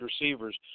receivers